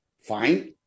fine